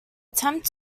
attempt